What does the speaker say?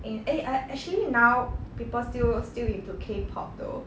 in eh I actually now people still still into K pop though